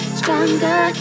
stronger